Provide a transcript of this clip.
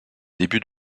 débuts